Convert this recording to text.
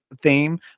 theme